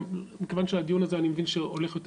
גם מכיוון שהדיון הזה אני מבין הולך יותר